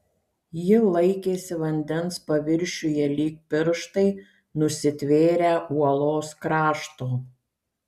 ji laikėsi vandens paviršiuje lyg pirštai nusitvėrę uolos krašto